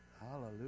Hallelujah